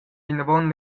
vinavon